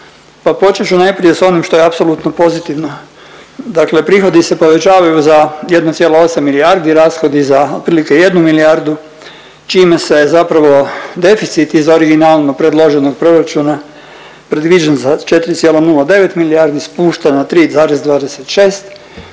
počet ću najprije s onim što je apsolutno pozitivno. Dakle, prihodi se povećavaju za 1,8 milijardi, rashodi za otprilike jednu milijardu čime se zapravo deficit iz originalno predloženog proračuna predviđen za 4,09 milijardi spušta na 3,26 i